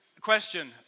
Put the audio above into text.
question